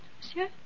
monsieur